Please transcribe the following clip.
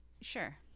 Sure